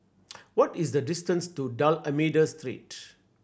what is the distance to D'Almeida Street